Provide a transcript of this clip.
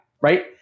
right